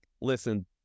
listen